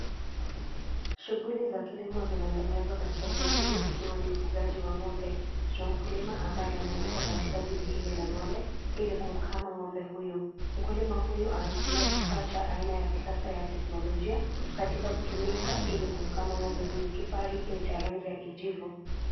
Shughuli za kilimo zinaendelezwa katika eneo hili ikiwa ni ufugaji wa ng'ombe. Tuna mkulima ambaye amefika katika zizi hili la ng'ombe, ili kumkama ng'ombe huyu. Mkulima huyu anatumia kifaa cha aina ya kisasa ya teknolojia, katika kutumika ili kumkama ng'ombe huyu. Kifaa hiki cha rangi ya kijivu.